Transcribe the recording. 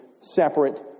separate